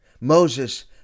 Moses